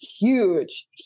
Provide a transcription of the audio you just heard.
huge